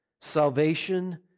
Salvation